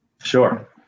Sure